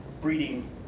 breeding